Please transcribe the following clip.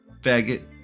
faggot